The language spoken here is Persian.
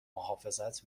محافظت